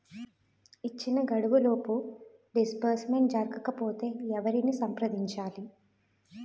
ఇచ్చిన గడువులోపు డిస్బర్స్మెంట్ జరగకపోతే ఎవరిని సంప్రదించాలి?